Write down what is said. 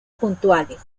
puntuales